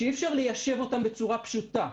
שאי-אפשר ליישב אותן בצורה פשוטה,